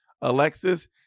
Alexis